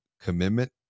commitment